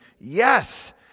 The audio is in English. yes